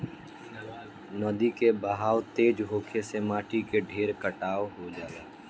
नदी के बहाव तेज होखे से माटी के ढेर कटाव हो जाला